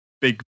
big